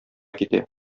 китә